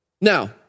Now